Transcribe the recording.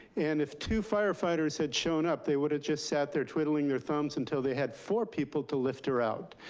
and if two firefighters had shown up, they would have just sat there twiddling their thumbs until they had four people to lift her out.